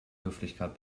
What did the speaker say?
höflichkeit